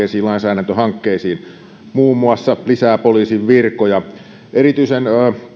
ja lainsäädäntöhankkeisiin muun muassa lisää poliisin virkoja erityisen